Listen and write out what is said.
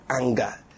anger